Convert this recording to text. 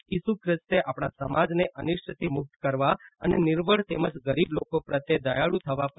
ઇસુ ખ્રિસ્તે આપણા સમાજને અનિષ્ટથી મુક્ત કરવા અને નિર્બળ તેમજ ગરીબ લોકો પ્રત્યે દયાળુ થવા પર ભાર મૂક્યો હતો